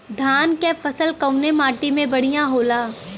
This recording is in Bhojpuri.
धान क फसल कवने माटी में बढ़ियां होला?